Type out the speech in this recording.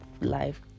life